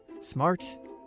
Smart